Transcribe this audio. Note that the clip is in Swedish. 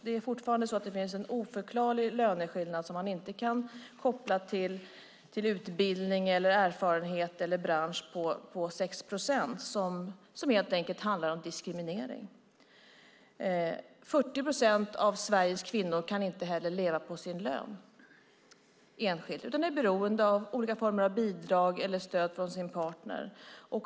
Det är fortfarande så att det finns en oförklarlig löneskillnad, som man alltså inte koppla till utbildning, erfarenhet eller bransch, på 6 procent. Den handlar helt enkelt om diskriminering. Det är också så att 40 procent av Sveriges kvinnor inte kan leva på sin lön enskilt utan är beroende av olika former av bidrag eller av stöd från sin partner.